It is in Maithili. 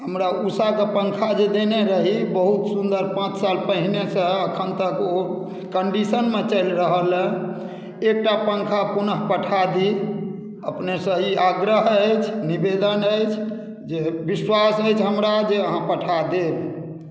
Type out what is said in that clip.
हमरा ऊषाके पंखा जे देने रही ओ बहुत सुन्दर पाँच साल पहिने से अखन तक ओ कन्डिशनमे चैल रहल है एकटा पंखा पुनः पठा दी अपने से ई आग्रह अछि निवेदन अछि जे विश्वास अछि हमरा जे अहाँ पठा देब